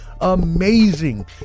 amazing